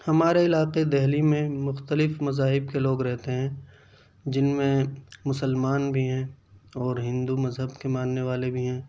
ہمارے علاقے دہلی میں مختلف مذاہب کے لوگ رہتے ہیں جن میں مسلمان بھی ہیں اور ہندو مذہب کے ماننے والے بھی ہیں